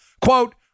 quote